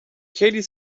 katie